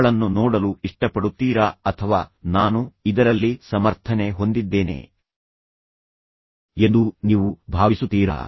ಅವಳನ್ನು ನೋಡಲು ಇಷ್ಟಪಡುತ್ತೀರಾ ಅಥವಾ ನಾನು ಇದರಲ್ಲಿ ಸಮರ್ಥನೆ ಹೊಂದಿದ್ದೇನೆ ಎಂದು ನೀವು ಭಾವಿಸುತ್ತೀರಾ